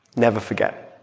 never forget,